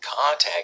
contact